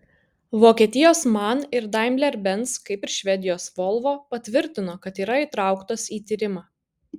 vokietijos man ir daimler benz kaip ir švedijos volvo patvirtino kad yra įtrauktos į tyrimą